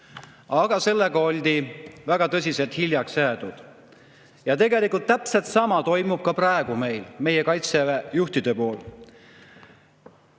aga sellega oldi väga tõsiselt hiljaks jäänud. Tegelikult täpselt sama toimub praegu ka meil, meie Kaitseväe juhtidega.